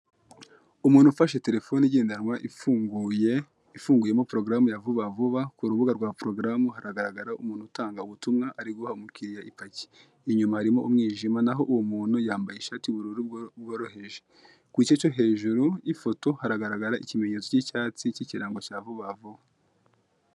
Umuntu ufashe telefoni igendanwa, ifunguye, ifunguyemo porogaramu ya vuba vuba, ku rubuga rwa porogaramu haragaragara umuntu utanga ubutumwa ariguha umukiriya ipaki. Inyuma harimo umwijima naho uwo muntu yambaye ishati y'ubururu bworoheje. Ku gice cyo hejuru y'ifoto haragaragara ikimenyetso cy'icyatsi cy'ikirango cya vuba vuba.